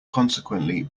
consequently